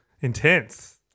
intense